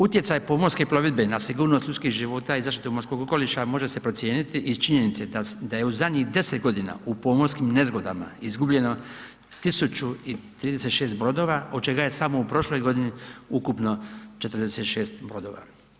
Utjecaj pomorske plovidbe na sigurnost ljudskih života i zaštitu morskog okoliša može se procijeniti i iz činjenice da je u zadnjih 10 godina u pomorskim nezgodama izgubljeno 1036 brodova, od čega je samo u prošloj godini ukupno 46 brodova.